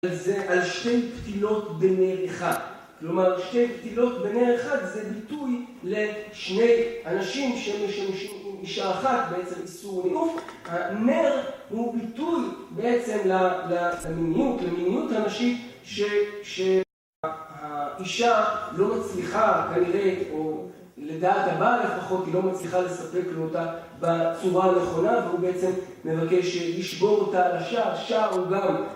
זה על שתי פתילות בנר אחד. כלומר, שתי פתילות בנר אחד זה ביטוי לשני אנשים שמשמשים עם אישה אחת, בעצם איסור ניאוף. "נר" הוא ביטוי בעצם למיניות, למיניות הנשית, שהאישה לא מצליחה כנראה, או לדעת הבעל לפחות, היא לא מצליחה לספק לו אותה בצורה הנכונה והוא בעצם מבקש לשבור אותה אישה...